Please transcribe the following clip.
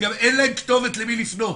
גם אין להם כתובת למי לפנות.